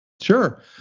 Sure